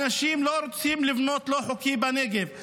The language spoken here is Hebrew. אנשים לא רוצים לבנות לא חוקי בנגב,